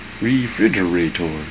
Refrigerator